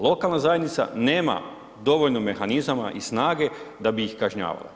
Lokalna zajednica nema dovoljno mehanizama i snage da bi ih kažnjavala.